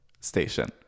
station